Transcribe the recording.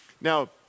Now